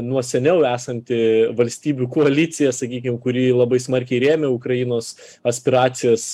nuo seniau esanti valstybių koalicija sakykim kurį labai smarkiai rėmė ukrainos aspiracijas